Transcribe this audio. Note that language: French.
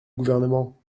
gouvernement